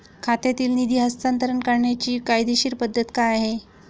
खात्यातील निधी हस्तांतर करण्याची कायदेशीर पद्धत काय आहे?